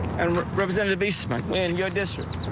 and we're represented basement window district.